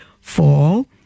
fall